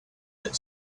that